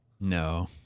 No